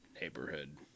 neighborhood